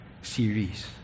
series